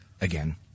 again